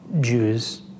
Jews